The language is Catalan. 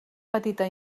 petita